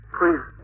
please